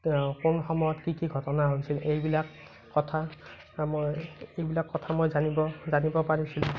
তেওঁ কোন সময়ত কি কি ঘটনা হৈছিল এইবিলাক কথা মই এইবিলাক কথা মই জানিব জানিব পৰিছিলোঁ